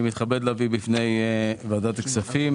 אני מתכבד להביא בפני ועדת הכספים